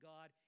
God